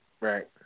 Right